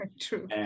true